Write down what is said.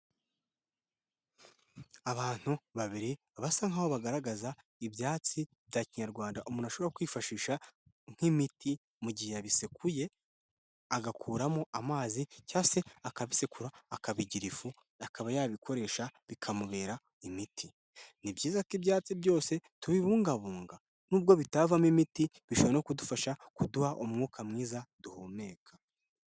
Abantu babiri basa nk'aho bagaragaza ibyatsi bya kinyarwanda umuntu ashobora kwifashisha nk'imiti mu gihe yabisekuye agakuramo amazi cyangwa se akabisekura akabigira ifu, akaba yabikoresha bikamubera imiti, ni byiza ko ibyatsi byose tubibungabunga n'ubwo bitavamo imiti bishobora no kudufasha kuduha umwuka mwiza duhumeka.